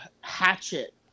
Hatchet